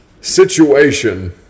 situation